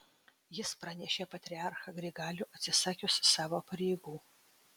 jis pranešė patriarchą grigalių atsisakius savo pareigų